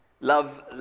Love